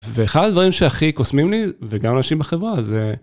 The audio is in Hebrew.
ואחד הדברים שהכי קוסמים לי, וגם לאנשים בחברה, זה...